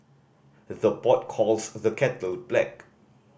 the pot calls the kettle black